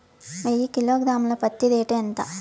వెయ్యి కిలోగ్రాము ల పత్తి రేటు ఎంత?